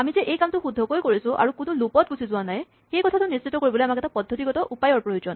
আমি যে এইটো কাম শুদ্ধকৈ কৰিছোঁ আৰু কোনো লুপত গুচি যোৱা নাই সেই কথাটো নিশ্চিত কৰিবলৈ আমাক এটা পদ্ধতিগত উপায়ৰ প্ৰয়োজন